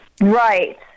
Right